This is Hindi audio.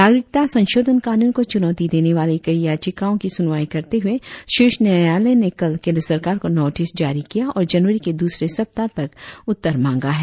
नागरिकता संशोधन कानून को चुनौती देने वाली कई याचिकाओं की सुनवाई करते हुए शीर्ष न्यायालय ने कल केंद्र सरकार को नोटिस जारी किया और जनवरी के दूसरे सप्ताह तक उत्तर मांगा है